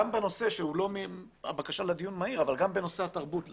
גם בנושא התרבות למשל,